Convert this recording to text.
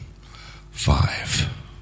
Five